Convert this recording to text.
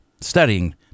studying